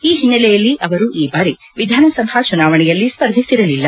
ಈ ಹಿನ್ನೆಲೆಯಲ್ಲಿ ಅವರು ಈ ಬಾರಿ ವಿಧಾನಸಭಾ ಚುನಾವಣೆಯಲ್ಲಿ ಸ್ಪರ್ಧಿಸಿರಲಿಲ್ಲ